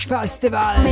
Festival